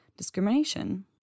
Discrimination